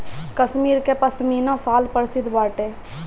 कश्मीर कअ पशमीना शाल प्रसिद्ध बाटे